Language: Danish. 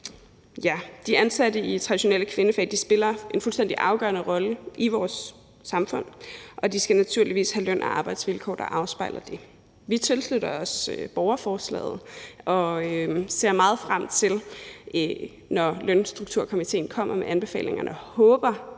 De ansatte i de traditionelle kvindefag spiller en fuldstændig afgørende rolle i vores samfund, og de skal naturligvis have løn- og arbejdsvilkår, der afspejler det. Vi tilslutter os borgerforslaget og ser meget frem til, at Lønstrukturkomitéen kommer med anbefalingerne, og vi håber